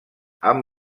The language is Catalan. amb